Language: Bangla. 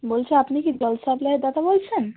বলছি আপনি কি জল সাপ্লায়ের দাদা বলছেন